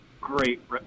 great